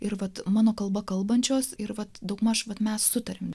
ir vat mano kalba kalbančios ir vat daugmaž vat mes sutariame